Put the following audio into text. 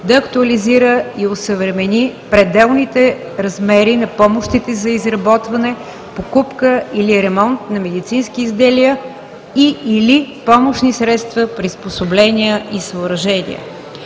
да актуализира и осъвремени пределните размери на помощите за изработване, покупка или ремонт на медицински изделия и/или помощни средства, приспособления и съоръжения.“